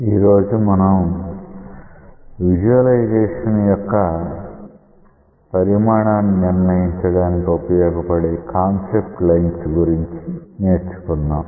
ఈరోజు మనం విజువలైజెషన్స్ యొక్క పరిమాణాన్ని నిర్ణయించడానికి ఉపయోగపడే కాన్సెప్ట్ లైన్స్ గురించి నేర్చుకుందాం